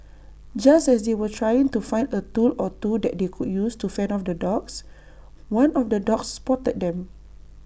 just as they were trying to find A tool or two that they could use to fend off the dogs one of the dogs spotted them